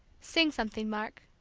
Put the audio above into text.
sing something, mark,